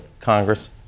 Congress